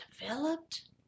developed